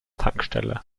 tankstelle